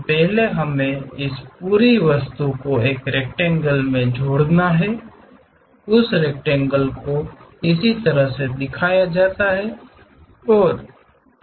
तो पहले हमें इस पूरी वस्तु को एक रेकटेंगेल में जोड़ना है उस रेकटेंगेल को इस तरह दिखाया गया है